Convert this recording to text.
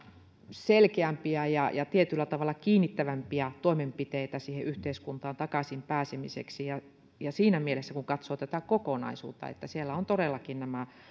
selkeämpiä ja ja tietyllä tavalla kiinnittävämpiä toimenpiteitä yhteiskuntaan takaisin pääsemiseksi siinä mielessä kun katsoo tätä kokonaisuutta että siellä on todellakin